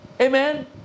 Amen